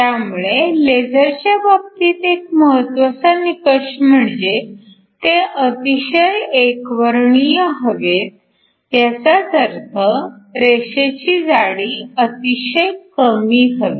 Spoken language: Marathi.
त्यामुळे लेझरच्या बाबतीत एक महत्वाचा निकष म्हणजे ते अतिशय एकवर्णीय हवेत ह्याचाच अर्थ रेषेची जाडी अतिशय कमी हवी